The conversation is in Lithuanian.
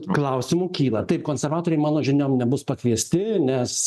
klausimų kyla taip konservatoriai mano žiniom nebus pakviesti nes